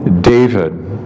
David